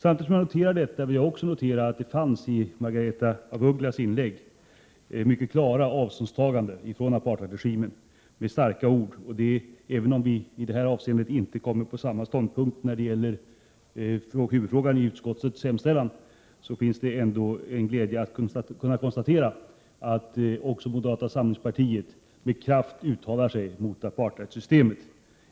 Jag noterar att det i Margaretha af Ugglas inlägg fanns mycket klara avståndstaganden från apartheidregimen. Även om vi i detta avseende inte har intagit samma ståndpunkt när det gäller huvudfrågan i utskottets hemställan, är det glädjande att kunna konstatera att också moderata samlingspartiet med kraft uttalar sig mot apartheidsystemet.